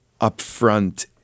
upfront